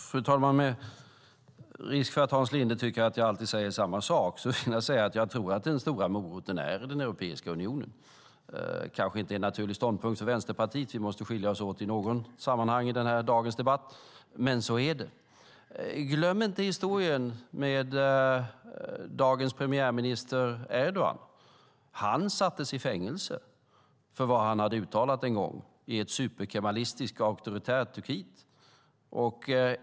Fru talman! Med risk för att Hans Linde tycker att jag alltid säger samma sak vill jag säga att jag tror att den stora moroten är Europeiska unionen. Det kanske inte är en naturlig ståndpunkt för Vänsterpartiet - vi måste skilja oss åt i något sammanhang i dagens debatt - men så är det. Glöm inte historien med dagens premiärminister Erdogan! Han sattes i fängelse för vad han hade uttalat en gång i ett superkemalistiskt auktoritärt Turkiet.